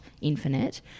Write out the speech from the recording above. infinite